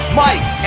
mike